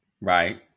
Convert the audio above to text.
right